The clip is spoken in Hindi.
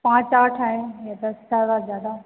पाँच सात हैं या दस ज्यादा से ज्यादा